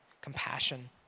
compassion